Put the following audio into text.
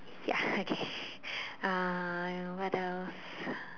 ya okay uh what else